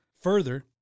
Further